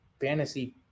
fantasy